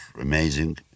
amazing